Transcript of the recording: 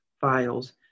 files